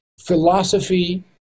philosophy